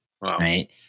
right